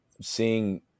seeing